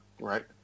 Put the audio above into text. right